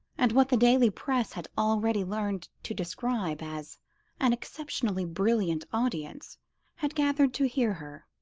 and what the daily press had already learned to describe as an exceptionally brilliant audience had gathered to hear her,